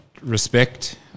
respect